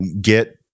get